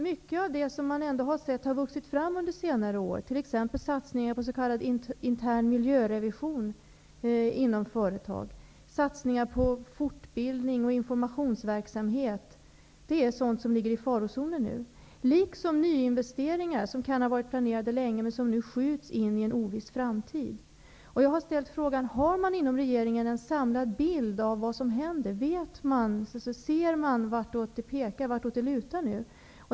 Mycket av det som man har sett växa fram under senare år, t.ex. satsningar på s.k. intern miljörevision inom företag, på fortbildning och på informationsverksamhet, ligger nu i farozonen. Detsamma gäller för nyinvesteringar som kan ha varit planerade sedan länge men som nu skjuts in i en oviss framtid. Jag har ställt frågan: Har man inom regeringen en samlad bild av vad som händer? Ser man vartåt det nu lutar?